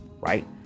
Right